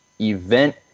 event